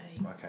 Okay